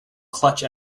clutch